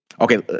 Okay